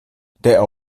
der